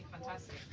fantastic